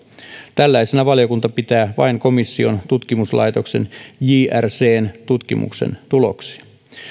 tälläisena valiokunta pitää vain komission tutkimuslaitoksen jrcn tutkimuksen tuloksia